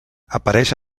apareix